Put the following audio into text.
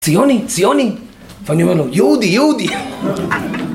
ציוני, ציוני. ואני אומר לו, יהודי, יהודי.